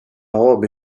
robe